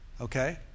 Okay